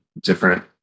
different